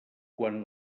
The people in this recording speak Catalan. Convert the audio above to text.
quan